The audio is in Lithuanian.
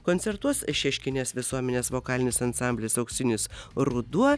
koncertuos šeškinės visuomenės vokalinis ansamblis auksinis ruduo